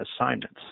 assignments